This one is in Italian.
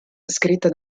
scritta